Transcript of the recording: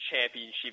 Championship